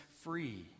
free